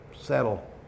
settle